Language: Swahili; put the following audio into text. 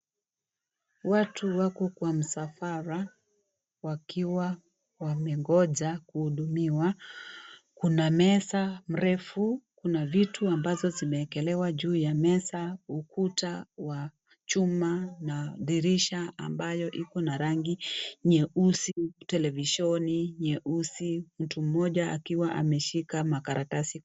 Watu wako kwa msafara wakiwa wamengoja kuudumiwa, kuna meza mrefu, kuna vitu ambazo zimewekelewa juu ya meza, ukuta wa chuma na dirisha ambayo iko na rangi nyeusi, television nyeusi mtu moja akiwa ameshika makaratasi.